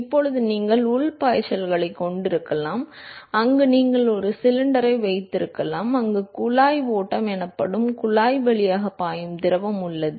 இப்போது நீங்கள் உள் பாய்ச்சல்களைக் கொண்டிருக்கலாம் அங்கு நீங்கள் ஒரு சிலிண்டரை வைத்திருக்கலாம் அங்கு குழாய் ஓட்டம் எனப்படும் குழாய் வழியாக பாயும் திரவம் உள்ளது